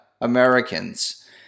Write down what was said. Americans